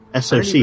SoC